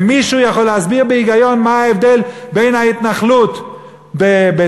ומישהו יכול להסביר בהיגיון מה ההבדל בין ההתנחלות בבית-אל,